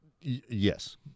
Yes